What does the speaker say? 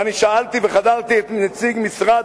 ואני שאלתי וחזרתי ושאלתי את נציג משרד